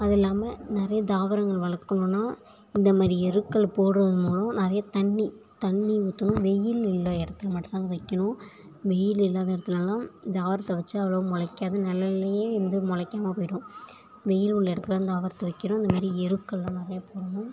அது இல்லைமா நிறைய தாவரங்கள் வளர்க்கணும்னா இந்தமாரி எருக்கள் போடுவது மூலம் நிறைய தண்ணி தண்ணி ஊற்றணும் வெயில் உள்ள இடத்துல மட்டும் தான் அதை வைக்கணும் வெயில் இல்லாத இடத்துலலாம் தாவரத்தை வைச்சா அவ்வளவாக முளைக்காது நெழல்லியே இருந்து முளைக்காம போய்விடும் வெயில் உள்ள இடத்துல தான் தாவரத்தை வைக்கணும் அந்தமாதிரி எருக்களெலாம் நிறைய போடணும்